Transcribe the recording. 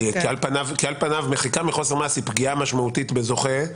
כי על פניו מחיקה מחוסר מעש היא פגיעה משמעותית בזוכה תמיד.